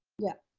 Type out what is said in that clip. yep,